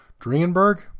Dringenberg